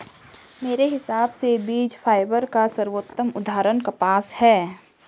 मेरे हिसाब से बीज फाइबर का सर्वोत्तम उदाहरण कपास है